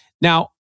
Now